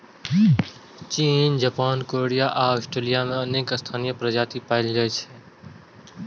चीन, Japan, Korea आ Australia मे अनेक स्थानीय प्रजाति पाएल जाइ छै